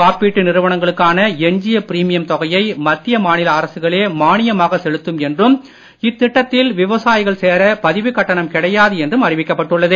காப்பீட்டு நிறுவனங்களுக்கான எஞ்சிய பிரிமியம் தொகையை மத்திய மாநில அரசுகளே மானியமாக செலுத்தும் என்றும் இத்திட்டத்தில் விவசாயிகள் சேர பதிவுக் கட்டணம் கிடையாது என்றம் அறிவிக்கப் பட்டுள்ளது